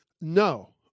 no